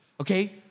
okay